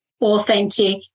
authentic